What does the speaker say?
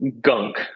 gunk